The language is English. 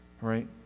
right